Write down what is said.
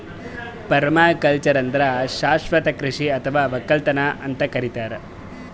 permaculture ಅಂದ್ರ ಶಾಶ್ವತ್ ಕೃಷಿ ಅಥವಾ ವಕ್ಕಲತನ್ ಅಂತ್ ಕರಿತಾರ್